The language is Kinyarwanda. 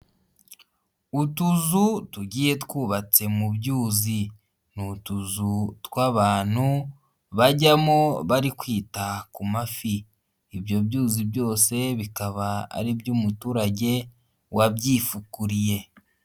Utuzu tugiye twubatse mu byuzi, ni utuzu tw'abantu bajyamo bari kwita ku mafi, ibyo byuzi byose bikaba ari iby'umuturage wabyifukuriye.